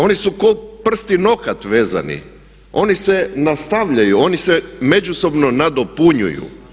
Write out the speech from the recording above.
Oni su ko prst i nokat vezani, oni se nastavljaju, oni se međusobno nadopunjuju.